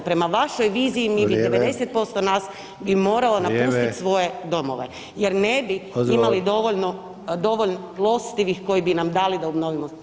Prema vašoj viziji bi [[Upadica: Vrijeme.]] 90% nas bi moralo napustiti svoje domove jer ne bi imali dovoljno milostivih koji bi nam dali da obnovimo domove.